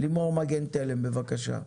לימור מגן תלם בבקשה.